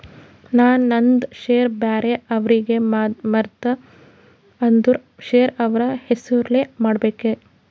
ನಾ ನಂದ್ ಶೇರ್ ಬ್ಯಾರೆ ಅವ್ರಿಗೆ ಮಾರ್ದ ಅಂದುರ್ ಶೇರ್ ಅವ್ರ ಹೆಸುರ್ಲೆ ಮಾಡ್ಕೋಬೇಕ್